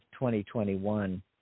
2021